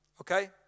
okay